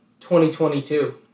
2022